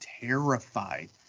terrified